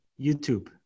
YouTube